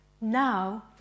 Now